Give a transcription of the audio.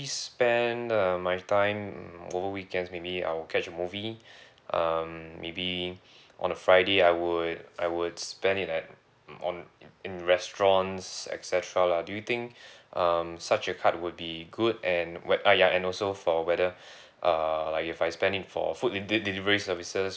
spend uh my time mm over weekends maybe I'll catch a movie um maybe on a friday I would I would spend it at um on in restaurants et cetera lah do you think um such a card would be good and weth~ uh ya and also for whether uh like if I spend it for food de~ delivery services